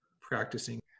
practicing